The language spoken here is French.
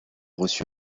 reçu